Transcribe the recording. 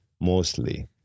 mostly